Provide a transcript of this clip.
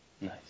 Nice